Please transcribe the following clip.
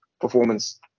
performance